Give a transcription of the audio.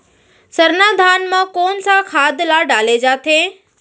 सरना धान म कोन सा खाद ला डाले जाथे?